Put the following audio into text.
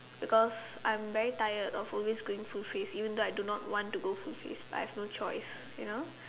because I'm very tired of always going full face even though I do not want to go full face but I have no choice you know